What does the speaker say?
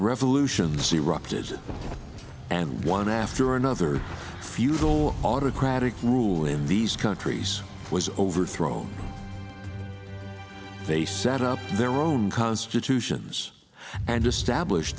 revolutions erupted and one after another feudal autocratic rule in these countries was overthrown they set up their own constitutions and establish